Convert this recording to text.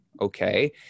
okay